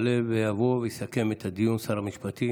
יעלה ויבוא ויסכם את הדיון שר המשפטים